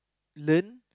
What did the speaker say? learn